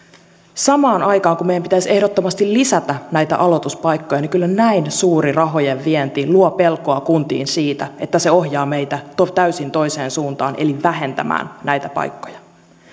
samaan aikaan kun meidän pitäisi ehdottomasti lisätä näitä aloituspaikkoja kyllä näin suuri rahojen vienti luo kuntiin pelkoa siitä että se ohjaa meitä täysin toiseen suuntaan eli vähentämään näitä paikkoja